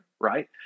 right